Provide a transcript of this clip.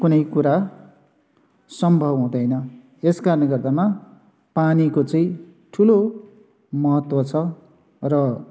कुनै कुरा सम्भव हुँदैन यस कारणले गर्दामा पानीको चाहिँ ठुलो महत्व छ र